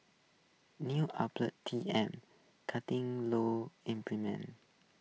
news outlet T M cutting law enforcement